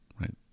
right